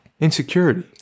insecurity